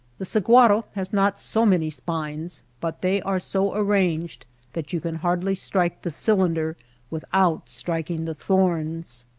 the sahuaro has not so many spines, but they are so arranged that you can hardly strike the cylinder without striking the thorns.